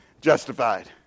justified